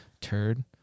Turd